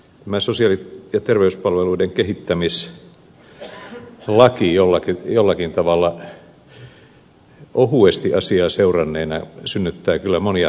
tämä sosiaali ja terveyspalveluiden kehittämislaki jollakin tavalla ohuesti asiaa seuranneella synnyttää kyllä monia hämmentäviä kysymyksiä